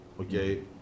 Okay